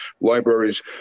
libraries